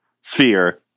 sphere